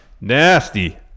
nasty